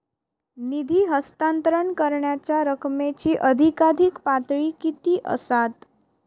निधी हस्तांतरण करण्यांच्या रकमेची अधिकाधिक पातळी किती असात?